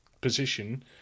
position